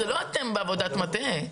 זה לא אתם בעבודת מטה.